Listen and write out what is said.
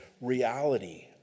reality